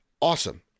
awesome